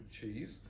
cheese